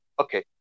okay